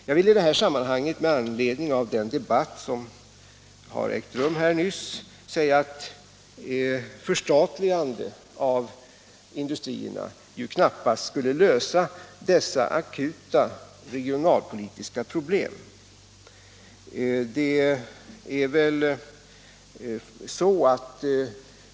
Jag vill i sammanhanget med anledning av den debatt som har ägt rum här nyss säga att förstatligande av industrierna knappast skulle lösa dessa akuta regionalpolitiska problem.